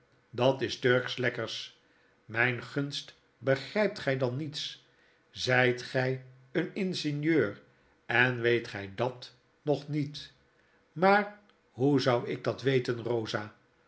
dat isturkschlekkers myn gunst begrypt gy dan niets zyt gy een ingenieur en weet gy dat nog niet maar hoe zou ik dat weten rosa